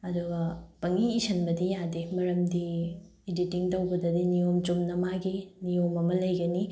ꯑꯗꯨꯒ ꯄꯪꯏ ꯏꯁꯤꯟꯕꯗꯤ ꯌꯥꯗꯦ ꯃꯔꯝꯗꯤ ꯏꯗꯤꯇꯤꯡ ꯇꯧꯕꯗꯗꯤ ꯅꯤꯌꯣꯝ ꯆꯨꯝꯅ ꯃꯥꯒꯤ ꯅꯤꯌꯣꯝ ꯑꯃ ꯂꯩꯒꯅꯤ